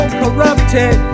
corrupted